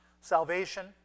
salvation